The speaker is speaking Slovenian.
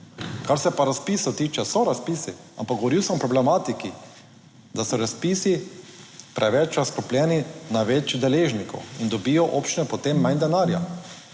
Kar se pa razpisov tiče, so razpisi, ampak govoril sem o problematiki, da so razpisi preveč razkropljeni na več deležnikov in dobijo občine potem manj denarja.